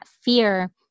fear